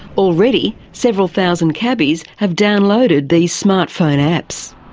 already several thousand cabbies have downloaded these smart phone apps.